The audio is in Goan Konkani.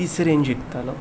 तिसरेन शिकतालो